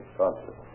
conscious